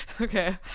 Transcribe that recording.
okay